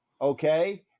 Okay